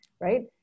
right